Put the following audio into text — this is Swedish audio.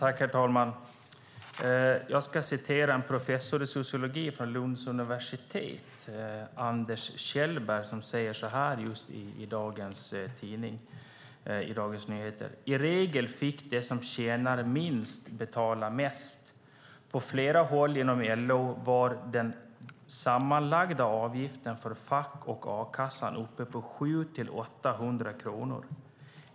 Herr talman! Jag ska citera en professor från Lunds universitet, Anders Kjellberg, som säger så här i Dagens Nyheter i dag: "I regel fick de som tjänade minst betala mest. På flera håll inom LO var den sammanlagda avgiften för fack och a-kassa uppe på 700-800 kronor.